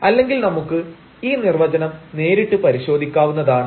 അല്ലെങ്കിൽ നമുക്ക് ഈ നിർവചനം നേരിട്ട് പരിശോധിക്കാവുന്നതാണ്